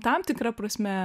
tam tikra prasme